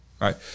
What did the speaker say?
Right